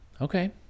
Okay